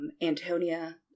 Antonia